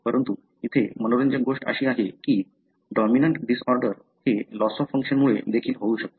परंतु येथे मनोरंजक गोष्ट अशी आहे की डॉमिनंट डिसऑर्डर हे लॉस ऑफ फंक्शनमुळे देखील होऊ शकते